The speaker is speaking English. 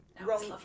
Wrong